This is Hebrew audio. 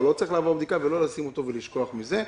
לא צריך לעבור עוד בדיקה ולא לשים אותו ולשכוח מזה.